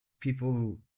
people